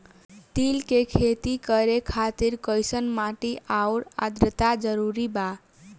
तिल के खेती करे खातिर कइसन माटी आउर आद्रता जरूरी बा?